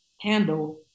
handle